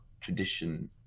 tradition